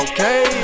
Okay